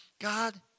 God